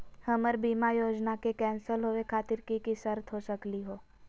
हमर बीमा योजना के कैन्सल होवे खातिर कि कि शर्त हो सकली हो?